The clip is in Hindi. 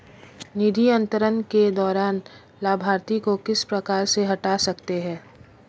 निधि अंतरण के दौरान लाभार्थी को किस प्रकार से हटा सकते हैं?